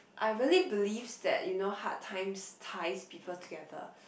I really believe that you know hard times ties people together